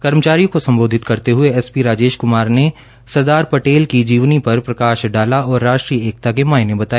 कर्मचारियों को संबोधित करते हुए राजेश कुमार ने सरदार पटेल की जीवनी पर प्रकाश डालते हुए राष्ट्रीय एकता के मायने बताए